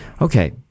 Okay